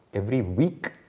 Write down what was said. every week,